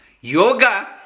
yoga